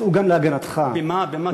שיצאו גם להגנתך, במה כיניתי אותם?